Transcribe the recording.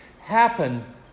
happen